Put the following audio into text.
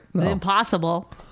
Impossible